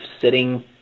sitting